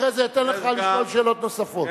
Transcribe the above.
אחרי זה אתן לך לשאול שאלות נוספות.